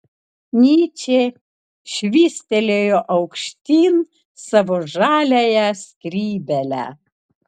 nyčė švystelėjo aukštyn savo žaliąją skrybėlę